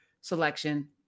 selection